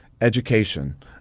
education